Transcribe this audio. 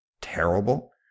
terrible